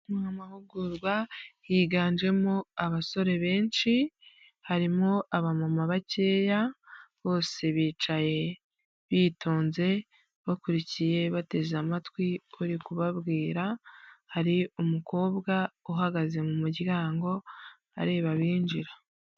Mu mahugurwa higanjemo abasore benshi, harimo abamama bakeya bose bicaye bitonze bakurikiye bateze amatwi uri kubabwira, hari umukobwa uhagaze mu muryango areba abinjira.